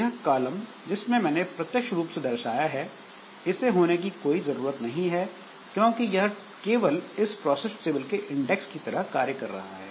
यह कॉलम जिससे मैंने प्रत्यक्ष रूप से दर्शाया है इसे होने की कोई जरूरत नहीं है क्योंकि यह केवल इस प्रोसेस टेबल के इंडेक्स की तरह कार्य कर रहा है